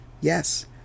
Yes